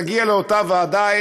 ונגיע לאותה ועדה,